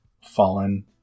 fallen